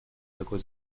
такой